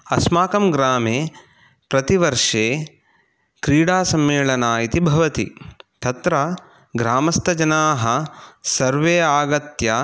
अस्माकं ग्रामे प्रतिवर्षे क्रीडा सम्मेलना इति भवति तत्र ग्रामस्थजनाः सर्वे आगत्य